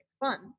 fun